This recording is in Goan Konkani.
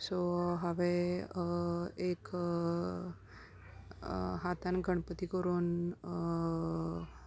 सो हांवें एक हातान गणपती करून